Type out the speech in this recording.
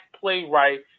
playwright